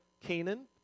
Canaan